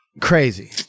crazy